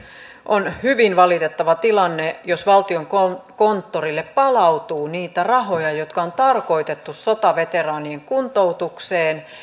on hyvin valitettava tilanne jos valtiokonttorille palautuu niitä rahoja jotka on tarkoitettu sotaveteraanien kuntoutukseen